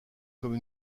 comme